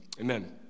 amen